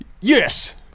yes